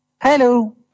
Hello